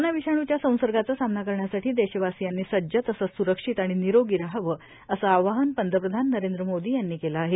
corona विषाणूच्या संसर्गाचा सामना करण्यासाठी देशवासियांनी सज्ज तसंच स्रक्षित आणि निरोगी रहावं असं आवाहन पंतप्रधान नरेंद्र मोदी यांनी केलं आहे